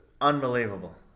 unbelievable